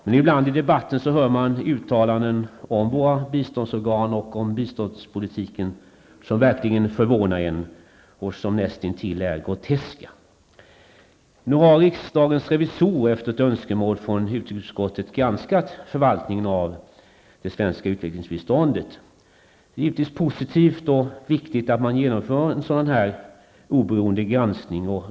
Men ibland hör man i debatten uttalanden om våra biståndsorgan och om biståndspolitiken som verkligen förvånar och som näst intill är groteska. Nu har riksdagens revisorer, efter ett önskemål från utrikesutskottet, granskat förvaltningen av det svenska utvecklingsbiståndet. Det är givetvis positivt och viktigt att man genomför en oberoende granskning.